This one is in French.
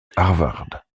harvard